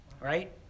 Right